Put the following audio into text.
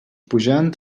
pujant